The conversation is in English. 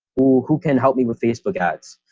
who can help me with facebook ads?